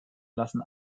lassen